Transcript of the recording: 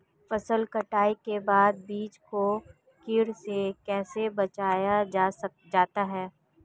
फसल कटाई के बाद बीज को कीट से कैसे बचाया जाता है?